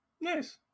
Nice